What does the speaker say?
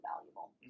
valuable